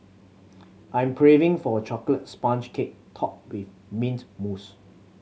I'm craving for a chocolate sponge cake topped with mint mousse